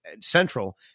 Central